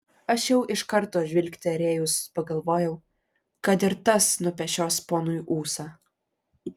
aš jau iš karto žvilgterėjus pagalvojau kad ir tas nupešios ponui ūsą